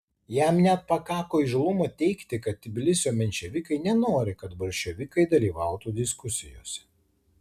jam net pakako įžūlumo teigti kad tbilisio menševikai nenori kad bolševikai dalyvautų diskusijose